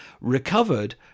recovered